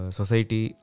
society